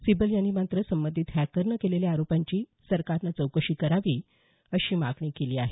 सिब्बल यांनी मात्र संबंधित हॅकरनं केलेल्या आरोपांची सरकारनं चौकशी करावी अशी मागणी केली आहे